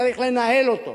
צריך לנהל אותו.